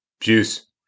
Juice